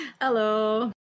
Hello